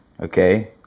okay